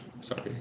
Sorry